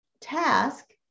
task